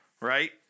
right